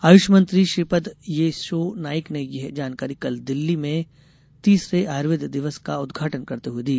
आयुष मंत्री श्रीपद येसो नाइक ने यह जानकारी कल नई दिल्ली में तीसरे आयुर्वेद दिवस का उद्घाटन करते हुए दी